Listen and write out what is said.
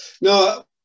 No